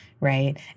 right